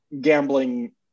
gambling